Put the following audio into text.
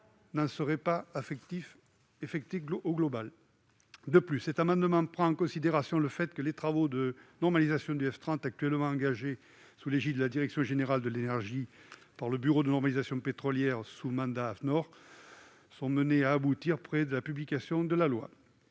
n'en serait globalement pas affecté. De plus, la mesure prévue prend en considération le fait que les travaux de normalisation du F30, actuellement engagés sous l'égide de la direction générale de l'énergie par le Bureau de normalisation du pétrole sous mandat Afnor, sont amenés à aboutir après la publication de ce